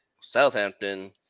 Southampton